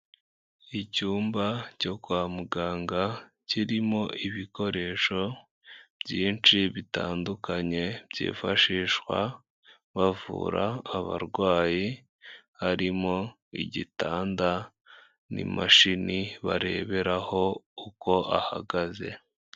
Icyumba cyo kwa muganga kirimo ibikoresho byinshi bitandukanye byifashishwa bavura abarwayi harimo igitanda n'imashini bareberaho uko ahagaze.